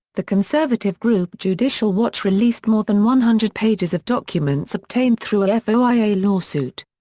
the conservative group judicial watch released more than one hundred pages of documents obtained through a foia lawsuit.